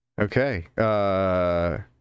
Okay